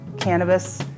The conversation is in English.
cannabis